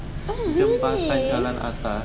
oh really